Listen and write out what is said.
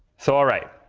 so all right,